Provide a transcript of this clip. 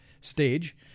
stage